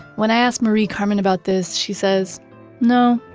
when i ask marie-carmen about this she says no,